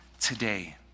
today